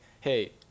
hey